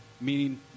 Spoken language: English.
meaning